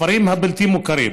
בכפרים הבלתי-מוכרים.